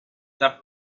the